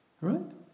right